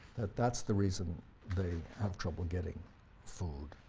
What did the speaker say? that's the reason they have trouble getting food.